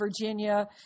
Virginia